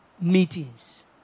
meetings